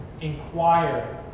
Inquire